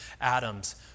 Adam's